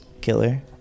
killer